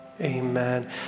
amen